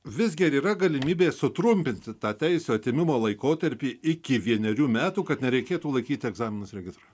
visgi ar yra galimybė sutrumpinti tą teisių atėmimo laikotarpį iki vienerių metų kad nereikėtų laikyti egzaminus regitroj